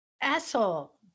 asshole